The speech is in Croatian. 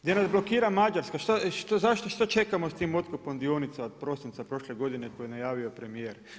Gdje nas blokira Mađarska, zašto, što čekamo sa tim otkupom dionica od prosinca prošle godina koju je najavio premjer.